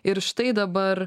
ir štai dabar